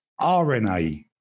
RNA